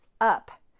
up